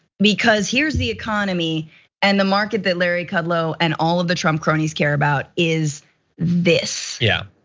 because here's the economy and the market that larry kudlow and all of the trump cronies care about is this. yeah,